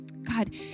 God